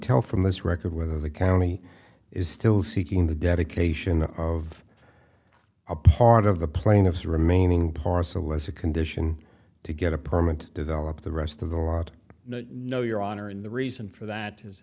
tell from this record whether the county is still seeking the dedication of a part of the playing of the remaining parcel as a condition to get a permit to develop the rest of the lot no your honor and the reason for that is